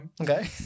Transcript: Okay